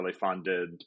funded